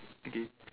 okay